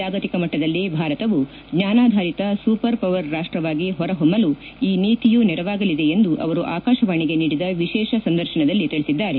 ಜಾಗತಿಕ ಮಟ್ಟದಲ್ಲಿ ಭಾರತವು ಜ್ವಾನಾಧಾರಿತ ಸೂಪರ್ ಪವರ್ ರಾಷ್ಷವಾಗಿ ಹೊರ ಹೊಮ್ನಲು ಈ ನೀತಿಯು ನೆರವಾಗಲಿದೆ ಎಂದು ಅವರು ಆಕಾಶವಾಣಿಗೆ ನೀಡಿದ ವಿಶೇಷ ಸಂದರ್ಶನದಲ್ಲಿ ತಿಳಿಸಿದ್ದಾರೆ